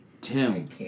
Tim